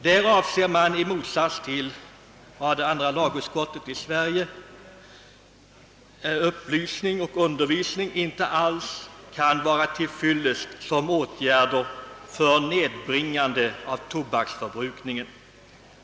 Där anser man, i motsats till andra lagutskottet i Sverige, att upplysning och undervisning inte alls kan vara till fyllest som åtgärder för nedbringande av tobaksförbrukningen.